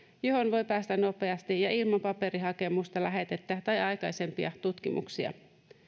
johon voi päästä nopeasti ja ilman paperihakemusta lähetettä tai aikaisempia tutkimuksia